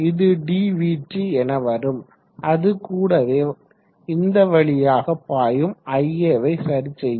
அது dvt என வரும் அது கூடவே இந்த வழியாக பாயும் ia வை சரி செய்யும்